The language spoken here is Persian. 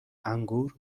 انگور